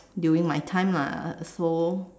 during my time lah so